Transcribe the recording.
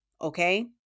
okay